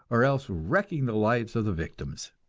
or else wrecking the lives of the victims.